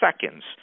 seconds